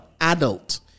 adult